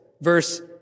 verse